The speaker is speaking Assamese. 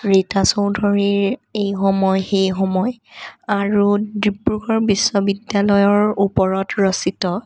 ৰীতা চৌধৰীৰ এই সময় সেই সময় আৰু ডিব্ৰুগড় বিশ্ববিদ্যালয়ৰ ওপৰত ৰচিত